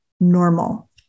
normal